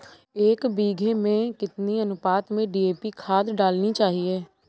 एक बीघे गेहूँ में कितनी अनुपात में डी.ए.पी खाद डालनी चाहिए?